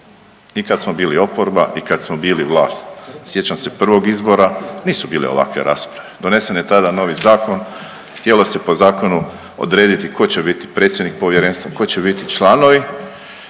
i kad smo bili oporba i kad smo bili vlast. Sjećam se prvog izbora, nisu bile ovakve rasprave, donesen je tada novi zakon, htjelo se po zakonu odrediti tko će biti predsjednik povjerenstva, tko će biti članovi